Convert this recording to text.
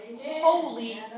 holy